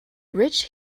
rich